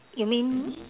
you mean